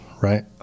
right